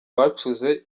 bacuze